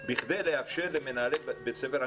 בכדי לאפשר למנהלי בית ספר.